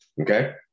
Okay